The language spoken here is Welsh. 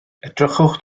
edrychwch